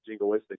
jingoistic